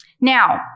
Now